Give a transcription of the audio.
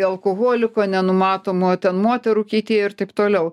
alkoholiko nenumatomo ten moterų keitėjo ir taip toliau